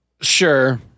sure